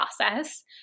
process